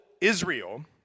Israel